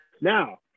Now